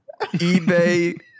eBay